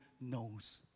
knows